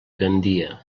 gandia